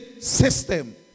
system